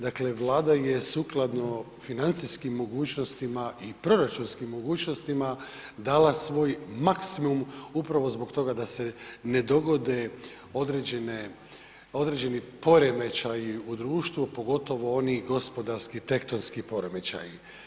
Dakle, Vlada je sukladno financijskim mogućnostima i proračunskim mogućnostima dala svoj maksimum upravo zbog toga da se ne dogode određeni poremećaji u društvu, pogotovo oni gospodarski tektonski poremećaji.